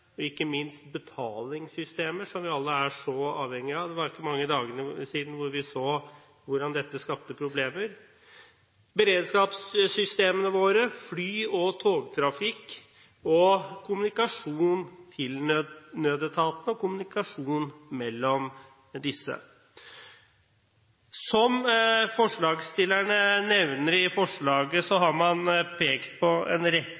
ikke mange dagene siden vi så hvordan dette skapte problemer. Beredskapssystemene våre, fly- og togtrafikk, kommunikasjon til nødetatene og kommunikasjon mellom disse er også nevnt. Forslagsstillerne peker i forslaget på en rekke hendelser de senere år der nettopp disse forholdene er blitt satt på